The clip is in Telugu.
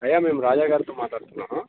అయ్యా మేము రాజాగారితో మాట్లాడుతున్నామా